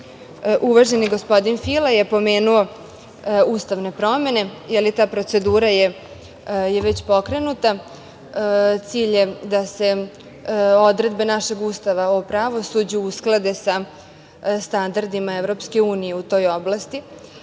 radu. Uvaženi gospodin Fila je pomenuo ustavne promene. Ta procedura je već pokrenuta. Cilj je da se odredbe našeg Ustava o pravosuđu usklade sa standardima EU u toj oblasti.